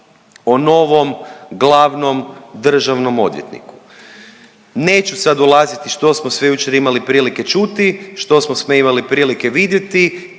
o novom glavnom državnom odvjetniku. Neću sad ulaziti što smo sve jučer imali prilike čuti, što smo sve imali prilike vidjeti,